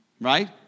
Right